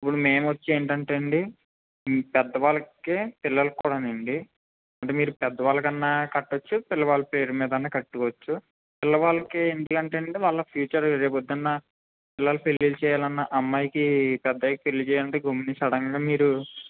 ఇప్పుడు మేము వచ్చి ఏంటంటే అండి పెద్దవాళ్ళకి పిల్లలకి కూడానండి అంటే మీరు పెద్దవాళ్ళకైనా కట్ట వచ్చు పిల్లవాళ్ళ పేరు మీదైనా కట్టుకోవచ్చు పిల్లవాళ్ళకి ఎందుకంటేనండి వాళ్ళ ఫ్యూచర్ రేపు పొద్దున్న పిల్లల పెళ్ళిళ్ళు చెయ్యాలన్నా అమ్మాయికి పెద్దయ్యాక పెళ్ళి చెయ్యాలంటే గమ్మున సడెన్గా మీరు